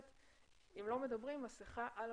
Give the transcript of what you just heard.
הפנים.